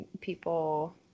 people